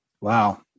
Wow